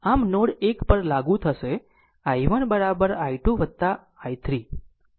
આમ નોડ 1 પર લાગુ થશે i1 i 2 i3 બરાબર i 2 મળશે